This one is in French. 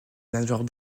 nageoire